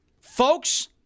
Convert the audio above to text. Folks